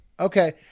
Okay